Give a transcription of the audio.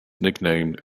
nicknamed